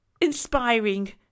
inspiring